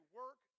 work